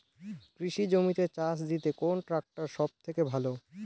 কৃষি জমিতে চাষ দিতে কোন ট্রাক্টর সবথেকে ভালো?